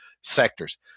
sectors